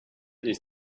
this